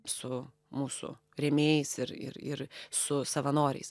su mūsų rėmėjais ir ir ir su savanoriais